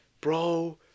bro